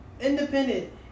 Independent